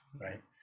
right